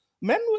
men